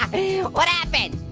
what happened?